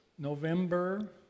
November